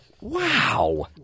Wow